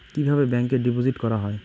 কিভাবে ব্যাংকে ডিপোজিট করা হয়?